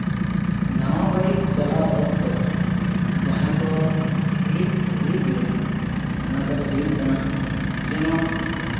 ᱱᱟᱣᱟ ᱵᱟᱭᱤᱠ ᱪᱟᱞᱟᱣ ᱚᱠᱛᱚ ᱡᱟᱦᱟᱸᱠᱚ ᱦᱤᱲᱤᱡ ᱦᱩᱭᱩᱜ ᱜᱮᱭᱟ ᱚᱱᱟ ᱠᱚᱫᱚ ᱦᱩᱭᱩᱜ ᱠᱟᱱᱟ ᱡᱮᱢᱚᱱ